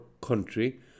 country